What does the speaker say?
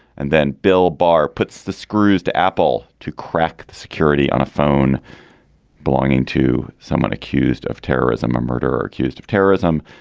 and then bill barr puts the screws to apple to crack the security on a phone belonging to someone accused of terrorism or murder or accused of terrorism.